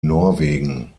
norwegen